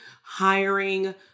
hiring